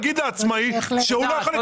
ולהגיד לעצמאי שהוא לא יכול לקבל את השכר.